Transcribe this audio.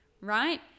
right